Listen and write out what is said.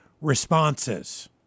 responses